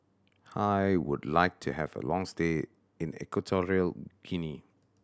I would like to have a long stay in Equatorial Guinea